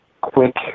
quick